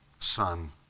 Son